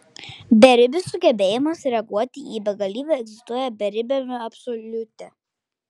beribis sugebėjimas reaguoti į begalybę egzistuoja beribiame absoliute